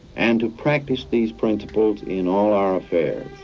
and to practice these principles in all our affairs.